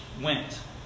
went